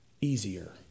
easier